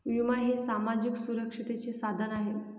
विमा हे सामाजिक सुरक्षिततेचे साधन आहे